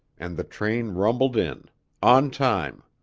and the train rumbled in on time.